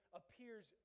appears